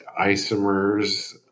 isomers